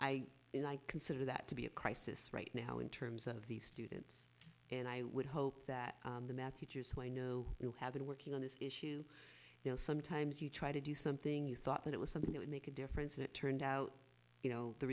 so i consider that to be a crisis right now in terms of these students and i would hope that the math teachers who i know you have been working on this issue you know sometimes you try to do something you thought that it was something that would make a difference and it turned out you know the